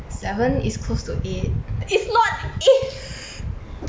seven is close to eight